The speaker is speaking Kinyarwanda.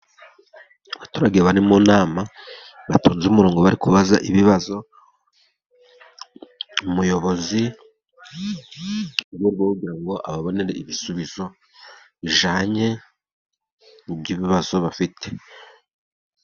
Abaturage bari mu nama batonze umurongo bari kubaza ibibazo umuyobozi, mu rwego rwo kugira ngo ababonere ibisubizo bijyanye by'ibibazo bafite.